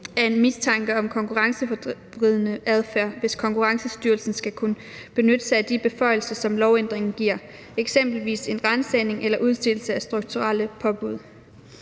af en mistanke om konkurrenceforvridende adfærd, hvis Konkurrence- og Forbrugerstyrelsen skal kunne benytte sig af beføjelser, som lovændringen giver, eksempelvis en ransagning eller udstedelse af strukturelle påbud.